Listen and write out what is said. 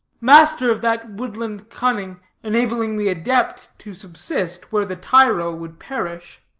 master of that woodland-cunning enabling the adept to subsist where the tyro would perish,